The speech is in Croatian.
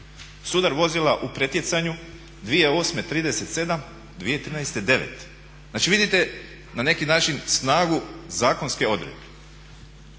Sudar vozila u pretjecanju 2008. 37, 2013. 9. Znači vidite na neki način snagu zakonske odredbe.